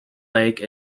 lake